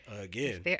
again